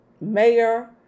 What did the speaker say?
Mayor